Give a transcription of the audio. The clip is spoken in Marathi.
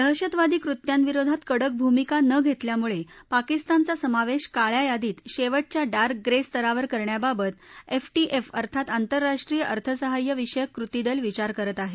दहशतवादी कृत्यांविरोधात कडक भूमिका न घेतल्यामुळे पाकिस्तानचा समावेश काळ्या यादीत शेवटच्या डार्क ग्रे स्तरावर करण्याबाबत एफएटीएफ अर्थात आंतरराष्ट्रीय अर्थसहाय्य विषयक कृतीदल विचार करत आहे